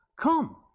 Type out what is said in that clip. Come